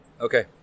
Okay